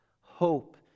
Hope